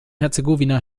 herzegowina